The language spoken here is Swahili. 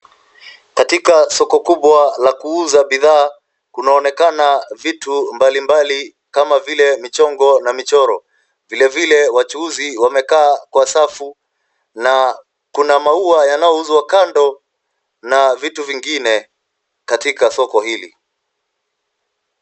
Katika soko kubwa la kuuza bidhaa kunaonekana vitu mbali mbali kama vile michongo na michoro, vile vile wachuuzi wamekaa kwa safu na kuna maua yanayouzwa kando na vitu vingine katika soko hili.